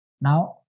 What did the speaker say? Now